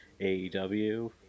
AEW